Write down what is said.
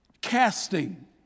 Casting